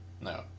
No